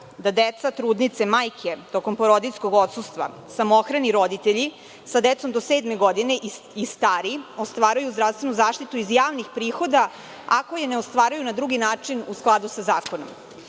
da deca, trudnice, majke tokom porodiljskog odsustva, samohrani roditelji sa decom do sedme godine i stari ostvaruju zdravstvenu zaštitu iz javnih prihoda, ako je ne ostvaruju na drugi način u skladu za zakonom. Isto